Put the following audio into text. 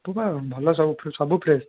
ସବୁ ପା ଭଲ ସବୁଠୁ ସବୁ ଫ୍ରେସ